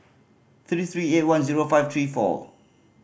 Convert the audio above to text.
three three eight one zero five three four